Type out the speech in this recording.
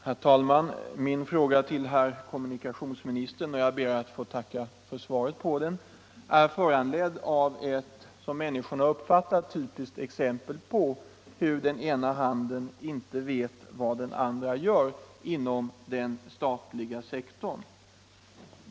Herr talman! Min fråga till herr kommunikationsministern — och jag ber att få tacka för svaret på den — är föranledd av ett, som människorna uppfattar det, typiskt exempel på hur den ena handen inte vet vad den andra gör inom den statliga sektorn.